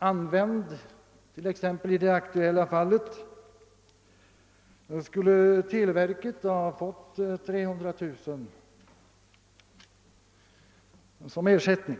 Om t.ex. länken hade använts i det aktuella fallet, skulle televerket ha fått 300 000 kronor i ersättning.